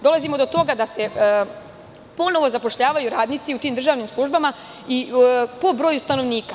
Dolazimo do toga da se ponovo zapošljavaju radnici u tim državnim službama po broju stanovnika.